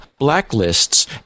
blacklists